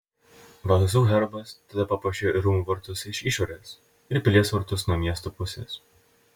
vazų herbas tada papuošė ir rūmų vartus iš išorės ir pilies vartus nuo miesto pusės